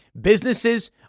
Businesses